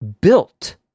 built